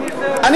אני